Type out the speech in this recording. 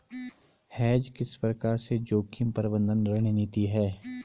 Hedge किस प्रकार से जोखिम प्रबंधन रणनीति है?